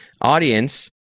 audience